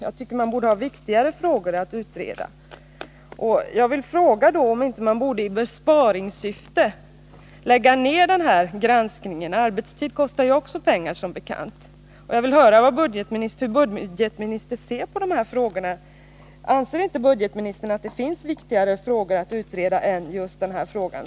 Jag tycker att man borde ha viktigare frågor att utreda. Jag vill fråga om man inte i besparingssyfte borde lägga ned denna granskning. Arbetstid kostar också pengar, som bekant. Hur ser budgetministern på denna fråga? Anser inte budgetministern att det finns viktigare frågor att utreda än just denna?